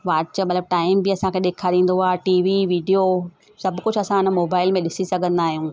watch मतिलब time बि असांखे ॾेखारींदो आहे टी वी वीडियो सभु कुझु असां हुन मोबाइल में ॾिसी सघंदा आहियूं